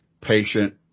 Patient